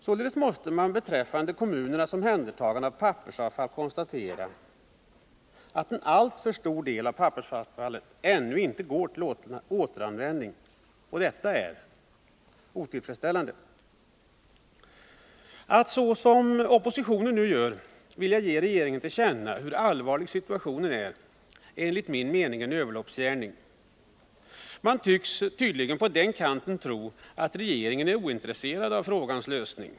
Således måste man beträffande kommunernas omhändertagande av pappersavfallet konstatera att en alltför stor del av pappersavfallet ännu inte går till återanvändning. Detta är otillfredsställande. Att göra som oppositionen nu vill, dvs. föreslå att riksdagen skall ge regeringen till känna hur allvarlig situationen är, är enligt min mening en överloppsgärning. Man tycks på den kanten tydligen tro att regeringen är ointresserad av frågans lösning.